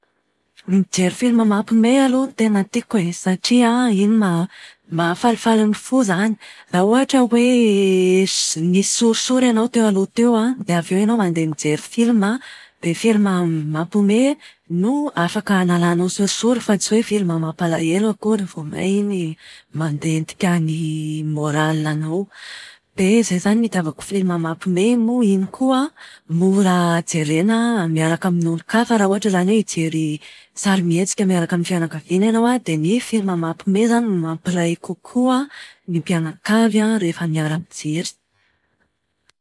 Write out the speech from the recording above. Mijery filma mampihomehy aloha no tena tiako e. Satria an iny ma- mahafalifaly ny fo izany. Raha ohatra hoe so- misy sorisory ianao teo aloha teo an, dia avy eo ianao mandeha mijery filma an, dia filma mampihomehy no filma afaka hanalanao sorisory fa tsy hoe filma mampalahelo akory. Vao may iny mandentika ny moralanao. Dia izay izany ny itiavako filma mampihomehy moa iny koa an, mora jerena miaraka amin'olon-kafa raha ohatra izany hoe hijery sarimihetsika miaraka amin'ny fianakaviana ianao an, dia ny filma mampihomehy izany no mampiray kokoa ny mpianakavy rehefa miara-mijery.